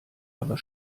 aber